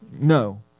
No